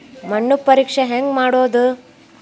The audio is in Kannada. ಮಣ್ಣು ಪರೇಕ್ಷೆ ಹೆಂಗ್ ಮಾಡೋದು?